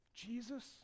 Jesus